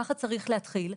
ככה צריך להתחיל,